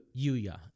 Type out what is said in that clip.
Yuya